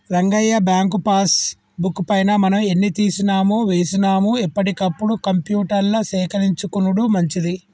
Rangayya bank passbook పైన మనం ఎన్ని తీసినామో వేసినాము ఎప్పటికప్పుడు కంప్యూటర్ల సేకరించుకొనుడు మంచిది